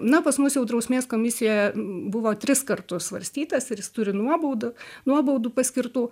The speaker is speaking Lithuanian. na pas mus jau drausmės komisijoje buvo tris kartus svarstytas ir jis turi nuobaudą nuobaudų paskirtų